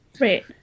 Right